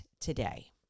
today